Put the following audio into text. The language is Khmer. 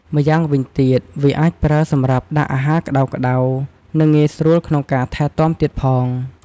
ម្យ៉ាងវិញទៀត វាអាចប្រើសម្រាប់ដាក់អាហារក្តៅៗ និងងាយស្រួលក្នុងការថែទាំទៀតផង។